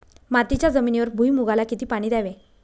मातीच्या जमिनीवर भुईमूगाला किती पाणी द्यावे?